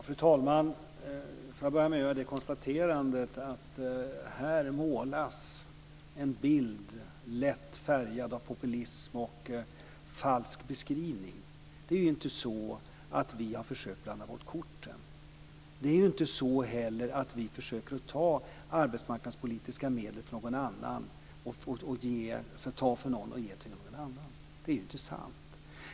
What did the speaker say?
Fru talman! Jag får börja med att konstatera att här målas en bild lätt färgad av populism och falsk beskrivning. Det är ju inte så att vi har försökt blanda bort korten. Det är inte heller så att vi försöker ta arbetsmarknadspolitiska medel från någon för att ge till någon annan. Det är ju inte sant.